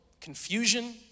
confusion